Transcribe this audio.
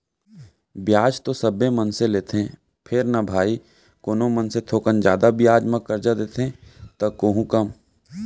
बियाज तो सबे मनसे लेथें फेर न भाई कोनो मनसे थोकन जादा बियाज म करजा देथे त कोहूँ कम